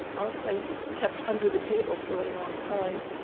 all kept kept under the table for a long time.